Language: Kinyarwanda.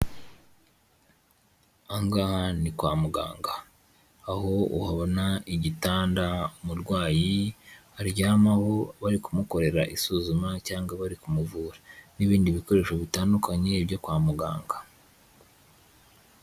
Aha ngaha ni kwa muganga, aho uhabona igitanda umurwayi aryamaho bari kumukorera isuzuma cyangwa bari kumuvura n'ibindi bikoresho bitandukanye byo kwa muganga.